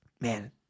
man